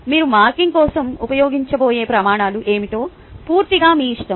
మీరు మార్కింగ్ కోసం ఉపయోగించబోయే ప్రమాణాలు ఏమిటో పూర్తిగా మీ ఇష్టం